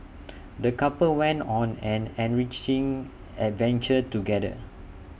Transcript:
the couple went on an enriching adventure together